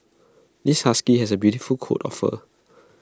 this husky has A beautiful coat of fur